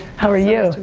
how are you?